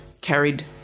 carried